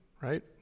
right